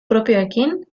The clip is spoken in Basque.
propioekin